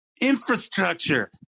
Infrastructure